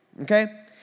Okay